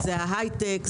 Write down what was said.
ההיי-טק,